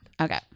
Okay